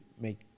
make